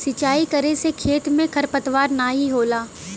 सिंचाई करे से खेत में खरपतवार नाहीं होला